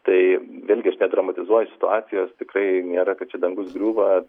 tai vėlgi aš nedramatizuoju situacijos tikrai nėra kad čia dangus griūva